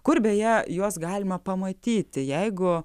kur beje juos galima pamatyti jeigu